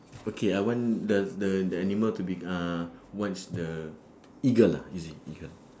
okay I want the the the animal to bec~ uh what's the eagle ah is it eagle